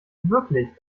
wirklich